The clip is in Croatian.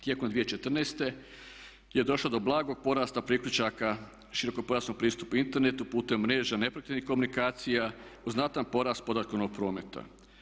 Tijekom 2014.je došlo do blagog porasta priključaka širokopojasnog pristupa internetu putem mreža neprekidnih komunikacija uz znatan porast podatkovnog prometa.